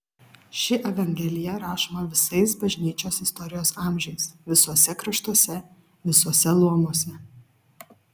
ši evangelija rašoma visais bažnyčios istorijos amžiais visuose kraštuose visuose luomuose